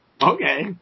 Okay